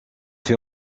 fait